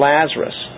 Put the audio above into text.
Lazarus